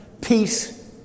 peace